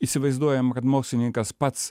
įsivaizduojama kad mokslininkas pats